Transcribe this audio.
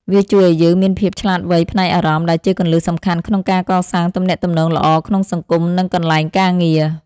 វាជួយឱ្យយើងមានភាពឆ្លាតវៃផ្នែកអារម្មណ៍ ដែលជាគន្លឹះសំខាន់ក្នុងការកសាងទំនាក់ទំនងល្អក្នុងសង្គម និងកន្លែងការងារ។